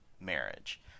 Marriage